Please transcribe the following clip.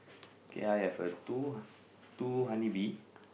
okay I have a two h~ two honey bee